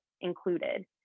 included